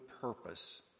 purpose